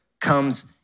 comes